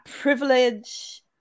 privilege